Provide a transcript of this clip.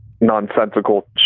nonsensical